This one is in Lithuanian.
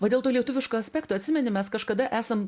va dėl to lietuviško aspekto atsimeni mes kažkada esam